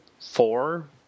four